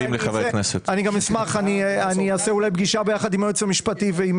אני אעשה אולי פגישה עם היועץ המשפטי ועם